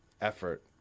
effort